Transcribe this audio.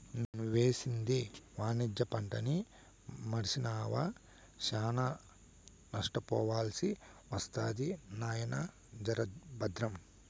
నువ్వేసింది వాణిజ్య పంటని మర్సినావా, శానా నష్టపోవాల్సి ఒస్తది నాయినా, జర బద్రం